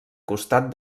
costat